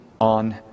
on